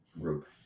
group